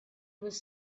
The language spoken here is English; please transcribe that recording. was